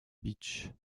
bitche